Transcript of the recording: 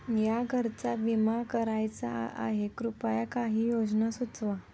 या घराचा विमा करायचा आहे कृपया काही योजना सुचवा